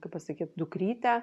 kaip pasikyt dukrytę